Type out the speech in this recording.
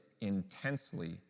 intensely